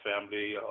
family